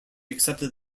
accepted